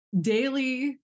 daily